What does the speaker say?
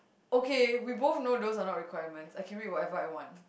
okay we both know those are not requirements I can read whatever I want